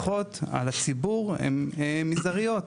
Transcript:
ההשלכות על הציבור הן מזעריות.